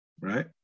Right